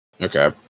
Okay